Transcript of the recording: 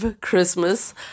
Christmas